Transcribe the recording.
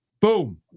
Boom